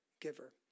giver